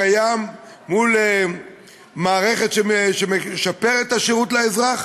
והוא קיים מול מערכת שמשפרת את השירות לאזרח,